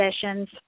sessions